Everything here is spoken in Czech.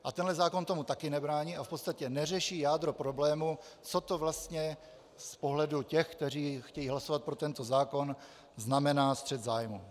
A tenhle zákon tomu taky nebrání a v podstatě neřeší jádro problému, co to vlastně z pohledu těch, kteří chtějí hlasovat pro tento zákon, znamená střet zájmů.